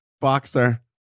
boxer